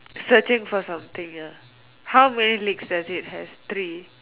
searching for something ya how many legs does it have three